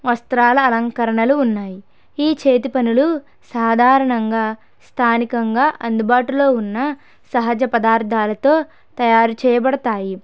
వస్త్రాల అలంకరణలు ఉన్నాయి ఈ చేతి పనులు సాధారణంగా స్థానికంగా అందుబాటులో ఉన్న సహజ పదార్థాలతో తయారు చేయబడతాయి